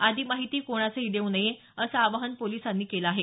आदी माहिती कोणासही देऊ नये असं आवाहन पोलिसांनी केलं आहे